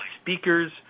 speakers